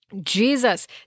Jesus